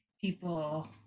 people